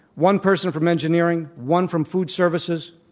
one person from engineering, one from food services,